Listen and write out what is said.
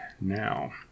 now